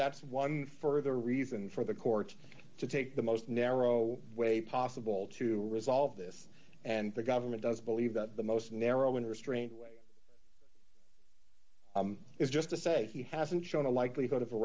that's one further reason for the court to take the most narrow way possible to resolve this and the government does believe that the most narrow in restraint way is just to say he hasn't shown a likelihood of a